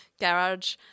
garage